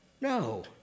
No